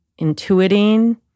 intuiting